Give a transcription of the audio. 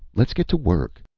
let's get to work!